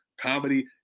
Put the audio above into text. comedy